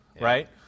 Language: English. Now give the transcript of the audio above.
Right